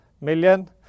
Million